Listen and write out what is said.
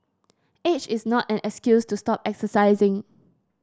age is not an excuse to stop exercising